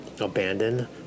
abandoned